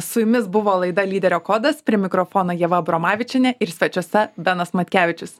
su jumis buvo laida lyderio kodas prie mikrofono ieva abromavičienė ir svečiuose benas matkevičius